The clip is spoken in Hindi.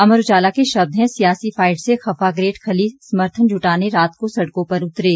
अमर उजाला के शब्द हैं सियासी फाइट से खफा ग्रेट खली समर्थन जुटाने रात को सड़कों पर उतरे